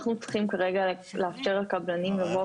אנחנו צריכים כרגע לאפשר לקבלנים לבוא